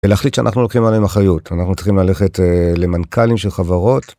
ולהחליט שאנחנו לוקחים עליהם אחריות. אנחנו צריכים ללכת אה... למנכ״לים של חברות.